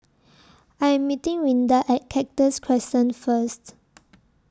I Am meeting Rinda At Cactus Crescent First